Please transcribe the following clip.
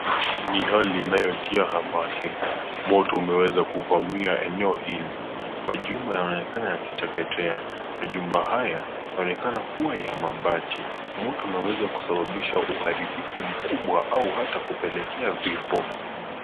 Ni hali inayotia hamaki. Moto umeweza kuvamia eneo hili. Majumba yanaonekana yakiteketeza, majumba haya, yanaonekana kuwa ya mabati. Moto unaweza kusababisha uharibifu mkubwa au hata kupelekea vifo.